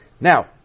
Now